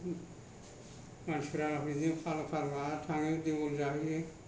मानसिफ्रा बिदिनो फालो फालो थाङो देवोल जाहैयो